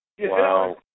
Wow